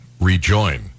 rejoin